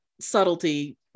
subtlety